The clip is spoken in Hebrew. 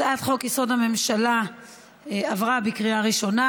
הצעת חוק-יסוד: הממשלה עברה בקריאה ראשונה,